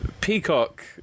peacock